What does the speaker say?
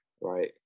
right